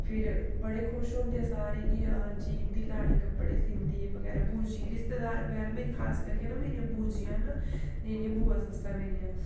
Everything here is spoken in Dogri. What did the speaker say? फिर बड़े खुश होंदे सारे कि अ हां जी इं'दी लाड़ी कपड़े सींदी बगैरा बूजी रिश्तेदार बगैरा मेरी खास करियै ना मेरियां बूजियां न जेह्ड़ियां बूआ सस्सां मेरियां